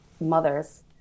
mothers